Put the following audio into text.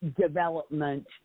development